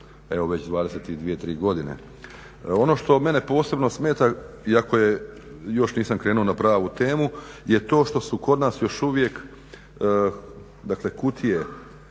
već 22, 23 godine. Ono što mene posebno smeta, iako još nisam krenuo na pravu temu, je to što su kod nas još uvijek dakle